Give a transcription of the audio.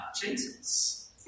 Jesus